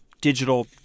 digital